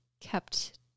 kept